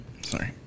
Sorry